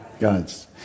God's